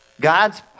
God's